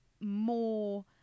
more